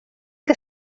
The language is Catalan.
que